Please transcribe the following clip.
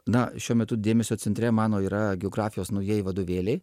na šiuo metu dėmesio centre mano yra geografijos naujieji vadovėliai